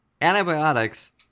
antibiotics